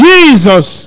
Jesus